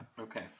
Okay